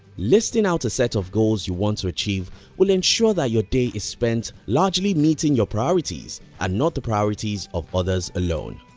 listing out a set of goals you want to achieve will ensure that your day is spent largely meeting your priorities and not the priorities of others alone.